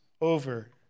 over